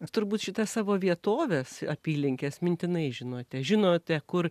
turbūt šitas savo vietoves apylinkes mintinai žinote žinote kur